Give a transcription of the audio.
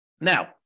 Now